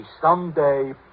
someday